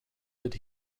that